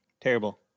Terrible